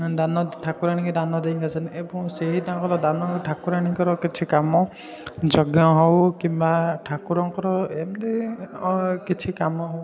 ଦାନ ଠାକୁରାଣୀଙ୍କୁ ଦାନ ଦେଇକି ଆସନ୍ତି ଏବଂ ସେହି ତାଙ୍କର ଦାନ ଠାକୁରାଣୀଙ୍କର କିଛି କାମ ଯଜ୍ଞ ହେଉ କିମ୍ବା ଠାକୁରଙ୍କର ଏମିତି କିଛି କାମ ହେଉ